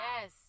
yes